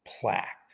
plaque